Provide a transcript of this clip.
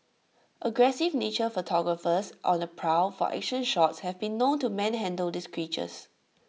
aggressive nature photographers on the prowl for action shots have been known to manhandle these creatures